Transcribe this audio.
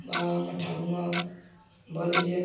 বা আমার ঠাকুমা বলে যে